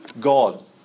God